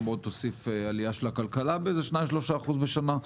עוד תוסיף עלייה של הכלכלה ב-3%-2% בשנה,